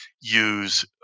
use